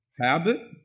Habit